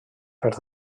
per